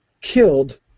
killed